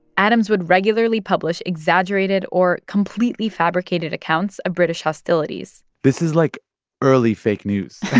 adams would regularly publish exaggerated or completely fabricated accounts of british hostilities this is like early fake news.